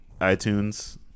iTunes